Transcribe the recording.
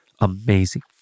Amazing